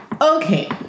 okay